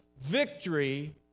victory